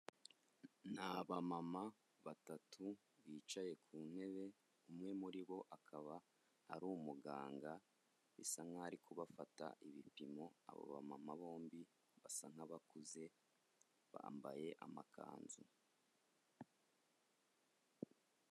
Ni abamama batatu bicaye ku ntebe, umwe muri bo akaba ari umuganga bisa nkaho ari kubafata ibipimo, abo bamama bombi basa nk'abakuze bambaye amakanzu.